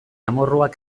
amorruak